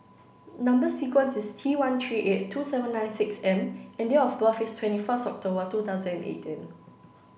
number sequence is T one three eight two seven nine six M and date of birth is twenty first October two thousand and eighteen